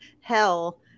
hell